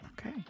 Okay